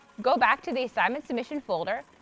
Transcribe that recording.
go back to the assignment submission folder,